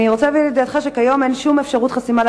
אני רוצה להביא לידיעתך שכיום אין שום אפשרות חסימה של